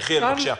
יחיאל לסרי, בבקשה.